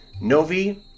Novi